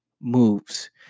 moves